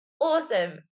Awesome